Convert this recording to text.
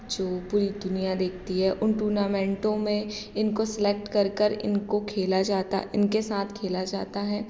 जो पूरी दुनिया देखती है उन टूर्नामेंटों में इनको सेलेक्ट कर कर इनको खेला जाता है इनके साथ खेला जाता है